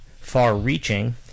far-reaching